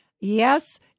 Yes